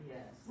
Yes